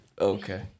Okay